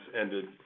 ended